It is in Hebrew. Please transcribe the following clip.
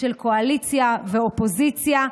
של קואליציה ואופוזיציה,